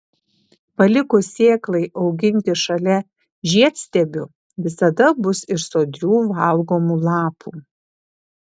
palikus sėklai auginti šalia žiedstiebių visada bus ir sodrių valgomų lapų